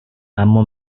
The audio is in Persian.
اما